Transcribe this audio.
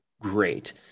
great